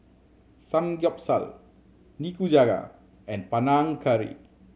Samgyeopsal Nikujaga and Panang Curry